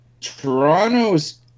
Toronto's